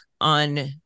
on